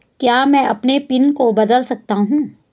क्या मैं अपने पिन को बदल सकता हूँ?